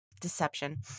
deception